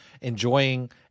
enjoying